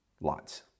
Lots